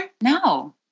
No